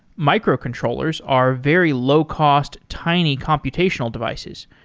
microcontrollers are very low-cost, tiny computational devices.